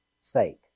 sake